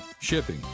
shipping